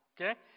Okay